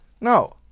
No